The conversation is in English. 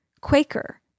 Quaker